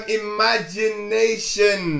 imagination